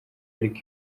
ariko